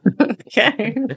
Okay